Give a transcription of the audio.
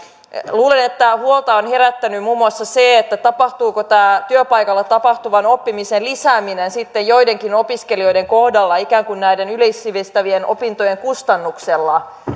luulen että huolta on herättänyt muun muassa se tapahtuuko työpaikalla tapahtuvan oppimisen lisääminen sitten joidenkin opiskelijoiden kohdalla ikään kuin näiden yleissivistävien opintojen kustannuksella